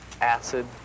acid